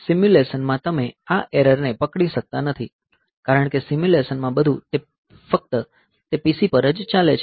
simulation માં તમે આ એરર ને પકડી શકતા નથી કારણ કે સિમ્યુલેશનમાં બધું ફક્ત તે PC પર જ ચાલે છે